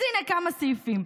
אז הינה כמה סעיפים: